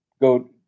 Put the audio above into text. go